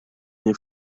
nie